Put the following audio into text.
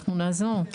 אנחנו נעזור,